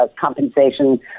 compensation